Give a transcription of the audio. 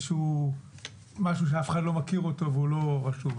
שהוא משהו שאף אחד לא מכיר אותו והוא לא רשום.